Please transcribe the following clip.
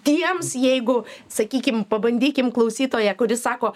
tiems jeigu sakykim pabandykim klausytoją kuris sako